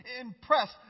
Impressed